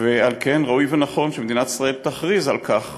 ועל כן ראוי ונכון שמדינת ישראל תכריז על כך